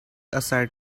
aside